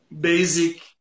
basic